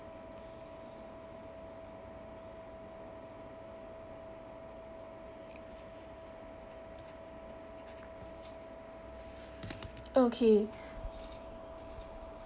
okay